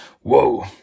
Whoa